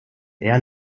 eher